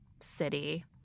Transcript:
city